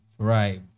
right